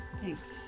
Thanks